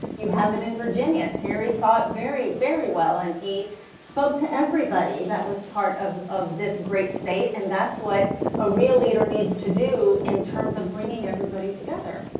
you have an in virginia. terry sought very very well and he spoke to everybody. that was part of of this great state and that's what a real leader needs to do in terms of bringing everybody together.